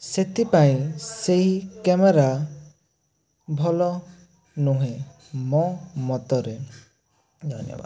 ସେଥିପାଇଁ ସେହି କ୍ୟାମେରା ଭଲ ନୁହେଁ ମୋ ମତରେ ଧନ୍ୟବାଦ